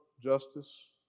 justice